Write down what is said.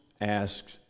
asks